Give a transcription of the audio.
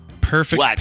Perfect